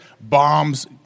bombs